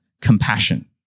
compassion